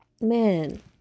Man